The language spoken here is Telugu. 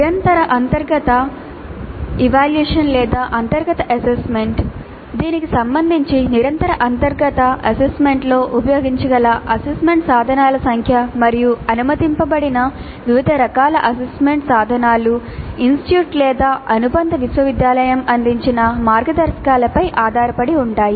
నిరంతర అంతర్గత ఎవాల్యూయేషన్ లేదా అంతర్గతఅసెస్మెంట్ అందించిన మార్గదర్శకాలపై ఆధారపడి ఉంటాయి